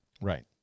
right